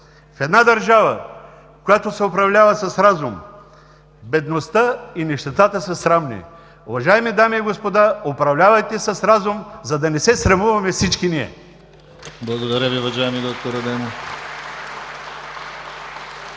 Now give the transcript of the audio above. „В една държава, която се управлява с разум, бедността и нищетата са срамни“. Уважаеми дами и господа, управлявайте с разум, за да не се срамуваме всички ние! (Ръкопляскания от „БСП